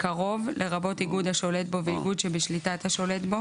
"קרוב" לרבות איגוד השולט בו ואיגוד שבשליטת השולט בו,